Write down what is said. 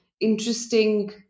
interesting